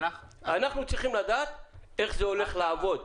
אנחנו צריכים לדעת איך זה הולך לעבוד.